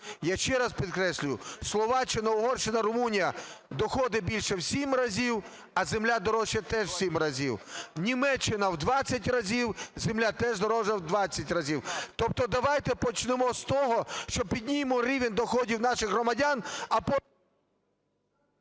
Я ще раз підкреслюю: Словаччина, Угорщина, Румунія – доходи більше в 7 разів, а земля дорожча теж в 7 разів; Німеччина – в 20 разів, земля теж дорожче в 20 разів. Тобто давайте починемо з того, що піднімемо рівень доходів наших громадян, а...